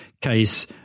case